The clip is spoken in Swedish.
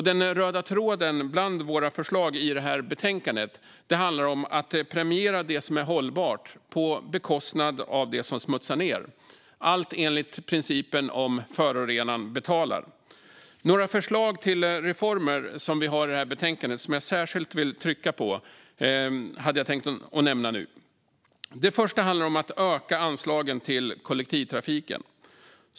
Den röda tråden i våra förslag i betänkandet är att premiera det som är hållbart på bekostnad av det som smutsar ned, allt enligt principen förorenaren betalar. Några förslag på reformer som vi har i betänkandet och som jag särskilt vill trycka på tänker jag nämna nu. Det första handlar om att öka anslagen till kollektivtrafiken.